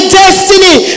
destiny